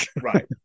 Right